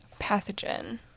pathogen